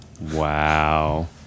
Wow